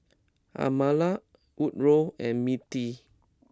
Amalia Woodroe and Mindi